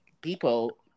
people